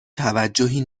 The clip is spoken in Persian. توجهی